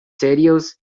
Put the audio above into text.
tedious